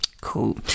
Cool